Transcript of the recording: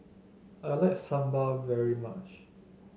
I like sambal very much